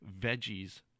veggies